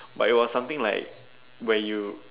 but it was something like where you